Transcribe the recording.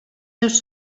seus